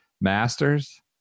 Masters